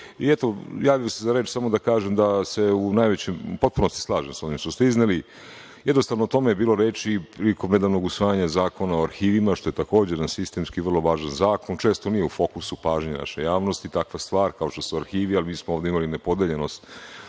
javljam se za reč samo da kažem da se u potpunosti slažem sa onim što ste izneli. Jednostavno, o tome je bilo reči i prilikom nedavnog usvajanja Zakona o arhivima, što je takođe jedan sistemski vrlo važan zakon. Često nije u fokusu pažnje naše javnosti takva stvar kao što su arhivi, ali mi smo ovde imali nepodeljenost